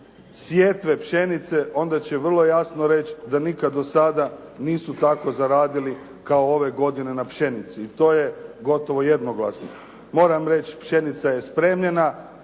sjetve pšenice onda će vrlo jasno reći da nikad do sada nisu tako zaradili kao ove godine na pšenici. I to je gotovo jednoglasno. Moram reći pšenica je spremljena.